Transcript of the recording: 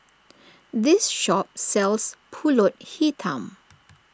this shop sells Pulut Hitam